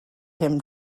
him